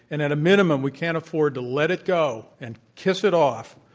and at a minimum we can't afford to let it go, and kiss it off,